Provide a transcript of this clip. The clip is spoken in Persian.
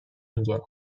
میگه